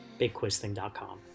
BigQuizThing.com